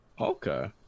Okay